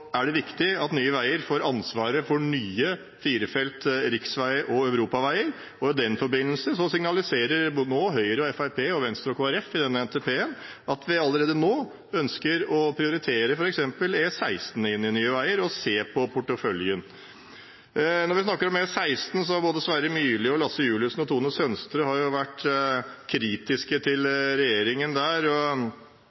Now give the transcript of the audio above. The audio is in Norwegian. er det viktig at Nye Veier får ansvaret for nye firefelts riksveier og europaveier. I den forbindelse signaliserer både Høyre, Fremskrittspartiet, Venstre og Kristelig Folkeparti i denne NTP-en at vi allerede nå ønsker å prioritere f.eks. E16 inn i Nye Veier og se på porteføljen. Når vi snakker om E16 – både representantene Sverre Myrli, Lasse Juliussen og Tone Merete Sønsterud har vært kritiske til